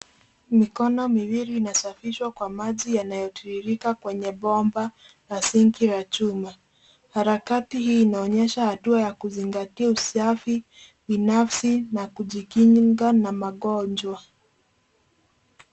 Mikono miwili inasafishwa kwa maji yanayotiririka kwenye bomba na sink la chuma. Harakati hii inaonyesha hatua ya kuzingatia usafi binafsi na kujikinga na magonjwa.